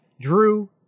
drew